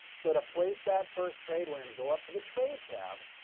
so to place that first trade, we're going to go up to the trade tab,